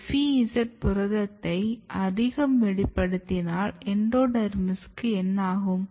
FEZ புரதத்தை அதிகம் வெளிப்படுத்தினால் எண்டோடெர்மிஸுக்கு என ஆகும்